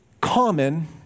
common